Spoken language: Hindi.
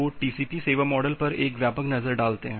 तो टीसीपी सेवा मॉडल पर एक व्यापक नज़र डालते हैं